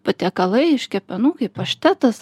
patiekalai iš kepenų paštetas